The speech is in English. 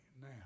now